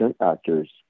actors